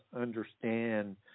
understand